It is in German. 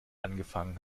angefangen